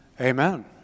Amen